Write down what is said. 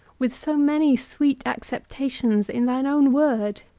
with so many sweet acceptations in thine own word,